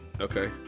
Okay